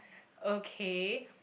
okay